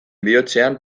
bihotzean